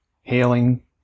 healing